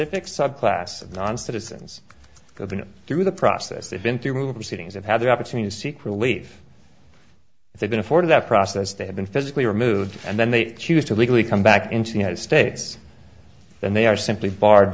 specific subclass non citizens go through the process they've been through proceedings have had the opportunity to seek relief if they've been afforded that process they have been physically removed and then they choose to legally come back into the united states then they are simply bar